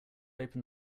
open